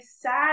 sad